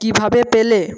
কীভাবে পেলে